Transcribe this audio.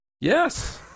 Yes